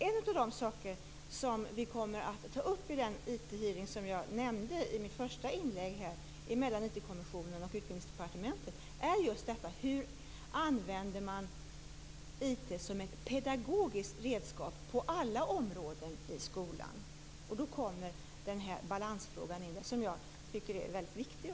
En av de saker som vi kommer att ta upp i den IT-hearing mellan IT kommissionen och Utbildningsdepartementet som jag nämnde i mitt första inlägg är just: Hur använder man IT som ett pedagogiskt redskap på alla områden i skolan? Då kommer den här balansfrågan in. Den tycker jag också är väldigt viktig.